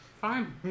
Fine